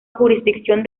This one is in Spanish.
jurisdicción